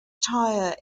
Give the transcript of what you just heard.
tire